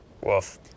Woof